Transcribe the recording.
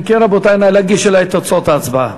אם כן, נא להגיש לי את תוצאות ההצבעה.